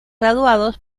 graduados